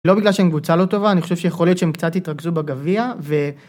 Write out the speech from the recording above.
לא בגלל שהם קבוצה לא טובה, אני חושב שיכול להיות שהם קצת התרכזו בגביע ו...